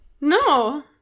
No